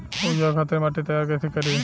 उपजाये खातिर माटी तैयारी कइसे करी?